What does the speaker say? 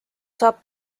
saab